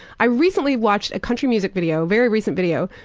i recently watched a country music video, very recent video,